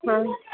हँ